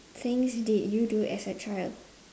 things did you do as a child